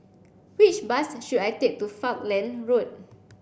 which bus should I take to Falkland Road